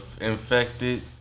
infected